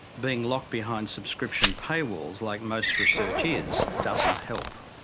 being locked behind subscription paywalls like most research is doesn't help.